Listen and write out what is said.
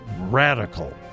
Radical